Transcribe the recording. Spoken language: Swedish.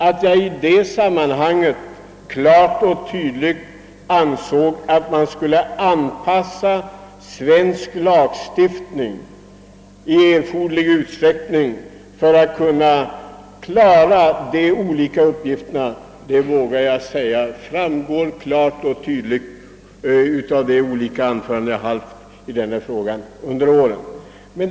Att jag i det sammanhanget ansåg att man måste anpassa svensk lagstiftning i erforderlig utsträckning för att kunna klara de olika uppgifterna framgår — det vågar jag säga — klart och tydligt av de olika anföranden jag hållit i denna fråga under årens lopp.